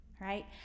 right